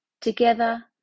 Together